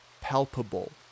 palpable